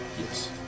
Yes